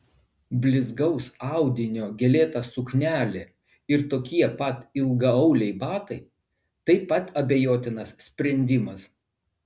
blizgaus audinio gėlėta suknelė ir tokie pat ilgaauliai batai taip pat abejotinas sprendimas